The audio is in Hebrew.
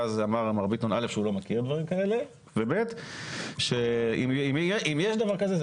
ואז מר ביטון אמר שהוא לא מכיר דברים כאלה וכן שאם יש דבר כזה,